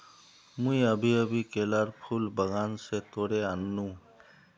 मुई अभी अभी केलार फूल बागान स तोड़े आन नु